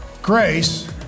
Grace